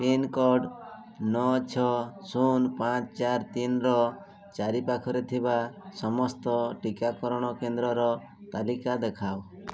pincode ନଅ ଛଅ ଶୂନ ପାଞ୍ଚ ଚାରି ତିନିର ଚାରିପାଖରେ ଥିବା ସମସ୍ତ ଟିକାକରଣ କେନ୍ଦ୍ରର ତାଲିକା ଦେଖାଅ